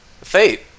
Fate